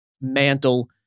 mantle